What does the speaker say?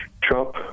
Trump